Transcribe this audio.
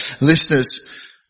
listeners